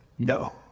No